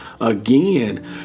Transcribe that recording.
again